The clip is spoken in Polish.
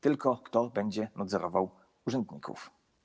Tylko kto będzie nadzorował urzędników?